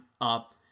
up